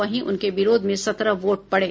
वहीं इनके विरोध में सत्रह वोट पड़े